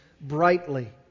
brightly